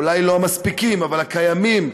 אולי הלא-מספיקים אבל הקיימים,